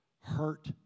hurt